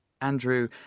Andrew